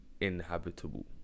Inhabitable